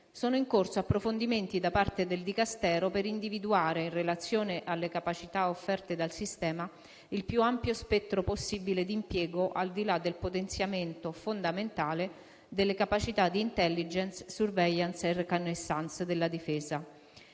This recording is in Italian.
sono in corso approfondimenti da parte del Dicastero per individuare, in relazione alle capacità offerte dal sistema, il più ampio spettro possibile d'impiego, al di là del potenziamento fondamentale delle capacità d'*intelligence*, *surveillance* e *reconnaissance* della Difesa.